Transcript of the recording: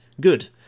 good